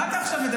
מה אתה רוצה?